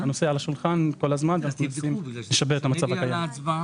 הנושא על השולחן כל הזמן ואנחנו מנסים לשפר את המצב הקיים.